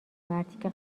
مرتیکه